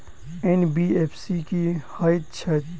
NBFC की हएत छै?